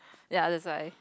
ya that's why